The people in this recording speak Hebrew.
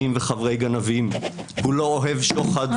מחדל גדול מאוד שהוביל לכך שלאורך השנים הביקורת השיפוטית הקצינה.